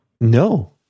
No